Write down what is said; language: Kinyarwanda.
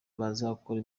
bazakora